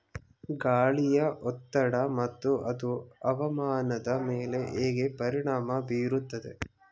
ಗಾಳಿಯ ಒತ್ತಡ ಮತ್ತು ಅದು ಹವಾಮಾನದ ಮೇಲೆ ಹೇಗೆ ಪರಿಣಾಮ ಬೀರುತ್ತದೆ?